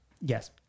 Yes